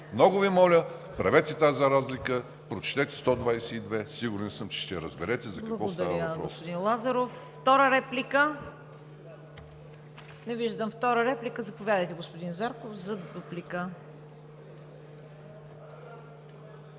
Много Ви моля, правете тази разлика, прочетете 122 – сигурен съм, че ще разберете за какво става въпрос.